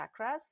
chakras